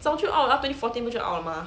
早就 out 了她 twenty fourteen 不就 out 了 mah